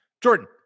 Jordan